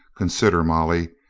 consider, molly,